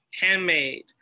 handmade